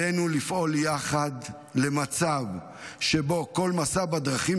עלינו לפעול יחד למצב שבו כל מסע בדרכים